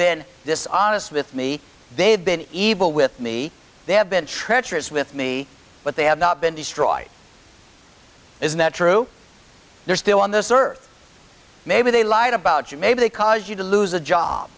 been this honest with me they have been evil with me they have been treacherous with me but they have not been destroyed is that true they're still on this earth maybe they lied about you maybe they cause you to lose a job